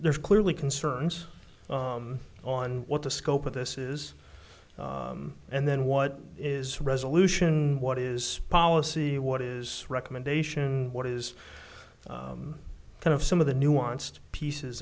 there's clearly concerns on what the scope of this is and then what is resolution what is policy what is recommendation what is kind of some of the nuanced pieces